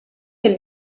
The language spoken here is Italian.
nel